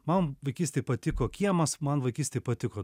man vaikystėj patiko kiemas man vaikystėj patiko